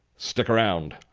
stick around.